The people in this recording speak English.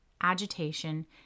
agitation